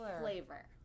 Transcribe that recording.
flavor